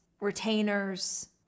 retainers